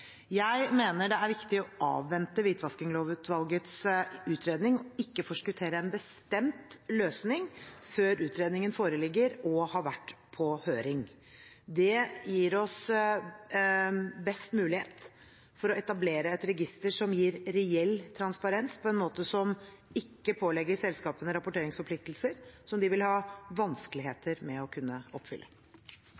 Jeg mener det er viktig å avvente Hvitvaskingslovutvalgets utredning, og ikke forskuttere en bestemt løsning før utredningen foreligger og har vært på høring. Det gir oss best mulighet til å etablere et register som gir reell transparens på en måte som ikke pålegger selskapene rapporteringsforpliktelser som de vil ha vanskeligheter med å kunne oppfylle.